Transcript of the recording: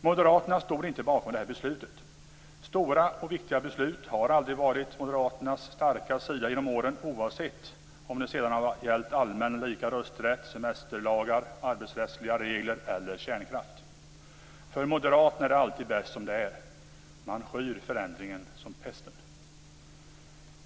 Moderaterna stod inte bakom detta beslut. Stora och viktiga beslut har aldrig varit moderaternas starka sida genom åren, oavsett om det har gällt allmän och lika rösträtt, semesterlagar, arbetsrättsliga regler eller kärnkraft. För moderaterna är det alltid bäst som det är. Man skyr förändringen som pesten.